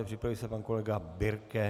Připraví se pan kolega Birke.